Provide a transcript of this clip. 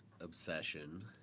obsession